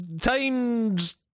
Times